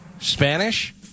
Spanish